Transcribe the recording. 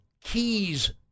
keys